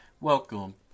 Welcome